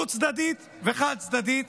דו-צדדית וחד-צדדית.